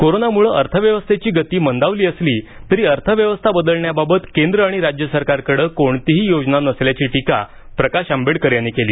कोरोनामुळे अर्थव्यवस्थेची गती मंदावली असली तरी ती अर्थव्यवस्था बदलण्यावाबत केंद्र आणि राज्य सरकारकडे कोणतीही योजना नसल्याची टीका प्रकाश आंबेडकर यांनी केली